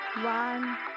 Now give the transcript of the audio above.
one